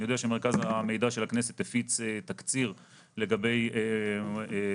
אני יודע שמרכז המידע של הכנסת הפיץ תקציר לגבי מוקדים.